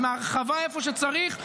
עם ההרחבה איפה שצריך,